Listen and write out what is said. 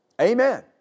Amen